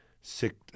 sick